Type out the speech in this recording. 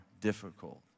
difficult